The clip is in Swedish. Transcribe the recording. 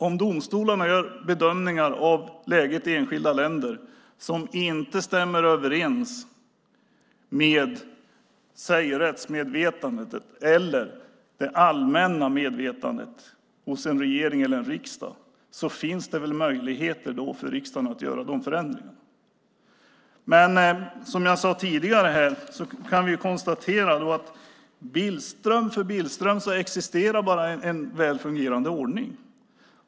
Om domstolarna gör bedömningar av läget i enskilda länder som inte stämmer överens med säg rättsmedvetandet eller det allmänna medvetandet hos en regering eller en riksdag finns det väl möjligheter för riksdagen att då göra förändringar. Som jag tidigare här sagt kan vi konstatera att för Billström existerar bara en väl fungerande ordning.